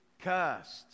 cursed